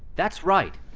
that's right.